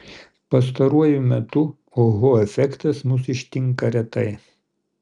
pastaruoju metu oho efektas mus ištinka retai